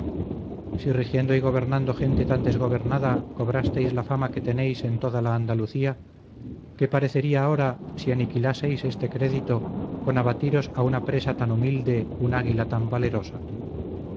rigiendo y gobernando gente tan desgobernada cobrastéis la fama que tenéis en toda la andalucía qué parecería ahora si aniquilaseis este crédito con abatiros a una presa tan humilde un águila tan valerosa